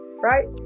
right